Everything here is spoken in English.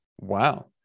Wow